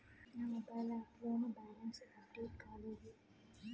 నా mobile app లో నా బ్యాలెన్స్ అప్డేట్ కాలేదు